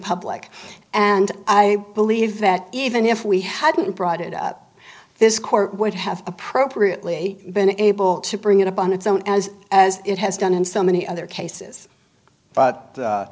public and i believe that even if we hadn't brought it up this court would have appropriately been able to bring it up on its own as as it has done in so many other cases but